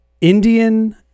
Indian